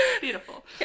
Beautiful